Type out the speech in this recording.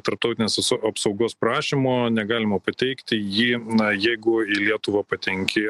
tarptautinės apsaugos prašymo negalima pateikti jį na jeigu į lietuvą patenki